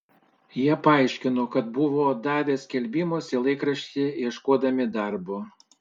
jie paaiškino kad buvo davę skelbimus į laikraštį ieškodami darbo